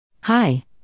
Hi